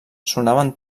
sonaven